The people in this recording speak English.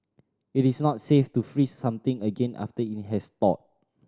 it is not safe to freeze something again after it has thawed